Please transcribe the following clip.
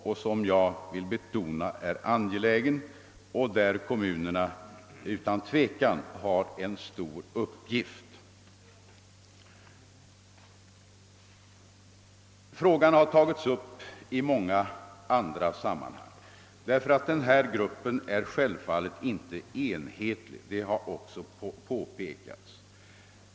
Den är mycket angelägen, och kommunerna har därvidlag utan tvivel en stor uppgift. Den grupp människor som det här gäller är självfallet inte enhetlig. Den saken har påpekats flera gånger.